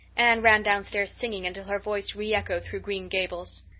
anne ran downstairs singing until her voice reechoed through green gables.